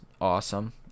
awesome